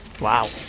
wow